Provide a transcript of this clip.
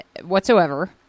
whatsoever